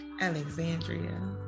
Alexandria